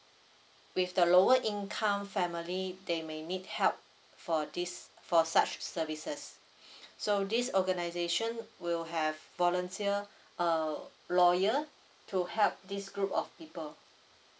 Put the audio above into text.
with the lower income family they may need help for this for such services so this organisation will have volunteer uh lawyer to help this group of people